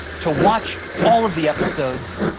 to watch all of the episodes,